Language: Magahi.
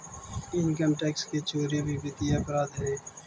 इनकम टैक्स के चोरी भी वित्तीय अपराध हइ